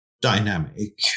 dynamic